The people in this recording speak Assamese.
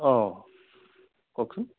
অ' কওকচোন